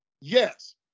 Yes